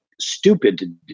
stupid